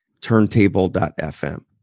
turntable.fm